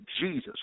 Jesus